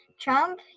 Trump